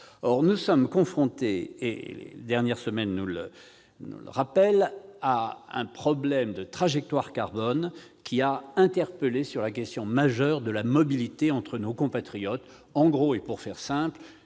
? Nous sommes confrontés, et les dernières semaines nous le rappellent, à un problème de trajectoire carbone, qui a fait ressortir la question majeure des inégalités entre nos compatriotes en matière de mobilité. Pour faire simple,